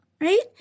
Right